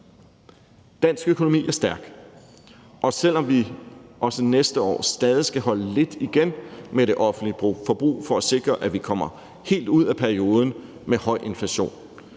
Dansk økonomi er stærk, og selv om vi også næste år stadig skal holde lidt igen med det offentlige forbrug for at sikre, at vi kommer helt ud af perioden med høj inflation,